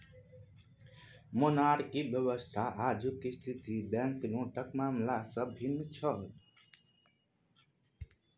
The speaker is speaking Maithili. मोनार्की व्यवस्थामे आजुक स्थिति बैंकनोटक मामला सँ भिन्न छल